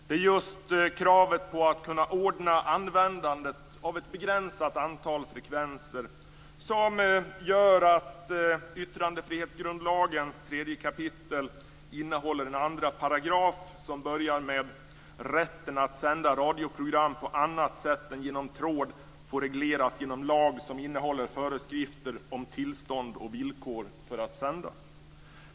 Det är just kravet på att kunna ordna användandet av ett begränsat antal frekvenser som gör att yttrandefrihetsgrundlagens 3 kapitel innehåller en andra paragraf, som börjar så här: "Rätten att sända radioprogram på annat sätt än genom tråd får regleras genom lag som innehåller föreskrifter om tillstånd och villkor för att sända".